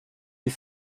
die